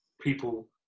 people